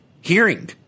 Hearing